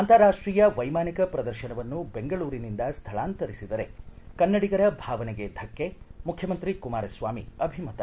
ಅಂತಾರಾಷ್ಟೀಯ ವೈಮಾನಿಕ ಪ್ರದರ್ಶನವನ್ನು ಬೆಂಗಳೂರಿನಿಂದ ಸ್ಥಳಾಂತರಿಸಿದರೆ ಕನ್ನಡಿಗರ ಭಾವನೆಗೆ ಧಕ್ಕೆ ಮುಖ್ಣಮಂತ್ರಿ ಕುಮಾರಸ್ವಾಮಿ ಅಭಿಮತ